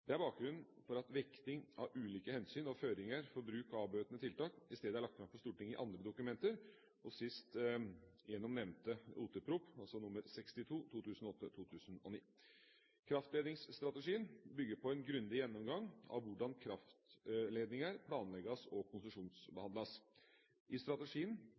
Det er bakgrunnen for at vekting av ulike hensyn og føringer for bruk av avbøtende tiltak i stedet er lagt fram for Stortinget i andre dokumenter, og sist gjennom nevnte odelstingsproposisjon, nr. 62 for 2008–2009. Kraftledningsstrategien bygger på en grundig gjennomgang av hvordan kraftledninger planlegges og konsesjonsbehandles. I strategien